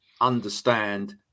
understand